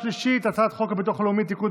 הביטוח הלאומי (תיקון,